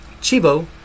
Chivo